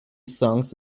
songs